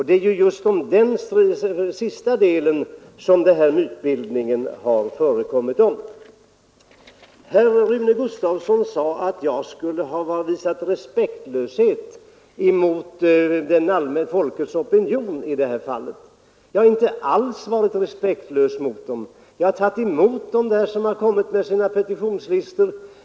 Det är just när det gäller det sistnämnda som mytbildningen har förekommit. Herr Rune Gustavsson sade att jag skulle ha visat respektlöshet mot den allmänna folkopinionen i detta fall. Jag har inte alls varit respektlös, utan jag har tagit emot dem som kommit med sina petitionslistor.